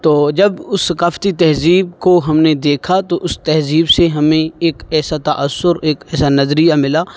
تو جب اس ثقافتی تہذیب کو ہم نے دیکھا تو اس تہذیب سے ہمیں ایک ایسا تاثر ایک ایسا نظریہ ملا